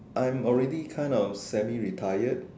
I'm already kind of semi retired